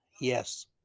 Yes